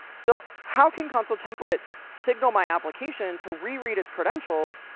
so how can consul template signal my application to reread its credentials,